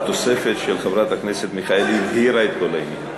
התוספת של חברת הכנסת מיכאלי הבהירה את כל העניין.